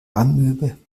amöbe